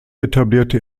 etablierte